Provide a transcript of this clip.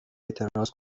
اعتراض